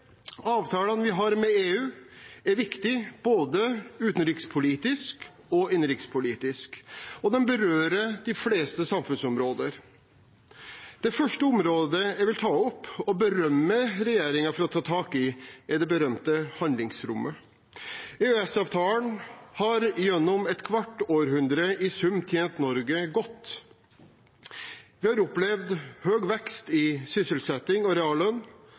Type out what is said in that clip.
avtalene vi har med EU, er viktige både utenrikspolitisk og innenrikspolitisk, og de berører de fleste samfunnsområder. Det første området jeg vil ta opp og berømme regjeringen for å ta tak i, er det berømte handlingsrommet. EØS-avtalen har gjennom et kvart århundre i sum tjent Norge godt. Vi har opplevd høy vekst i sysselsetting og reallønn,